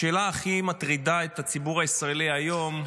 השאלה שהכי מטרידה את הציבור הישראלי היום,